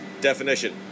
Definition